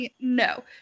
No